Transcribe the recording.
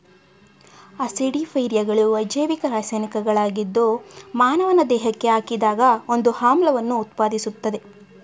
ಆಸಿಡಿಫೈಯರ್ಗಳು ಅಜೈವಿಕ ರಾಸಾಯನಿಕಗಳಾಗಿದ್ದು ಮಾನವನ ದೇಹಕ್ಕೆ ಹಾಕಿದಾಗ ಒಂದು ಆಮ್ಲವನ್ನು ಉತ್ಪಾದಿಸ್ತದೆ